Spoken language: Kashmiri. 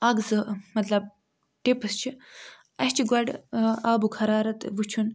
اَکھ زٕ مَطلَب ٹِپس چھِ اَسہِ چھِ گۄڈٕ آبُک حرارت وُچھُن